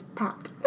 popped